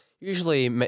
Usually